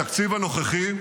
התקציב הנוכחי,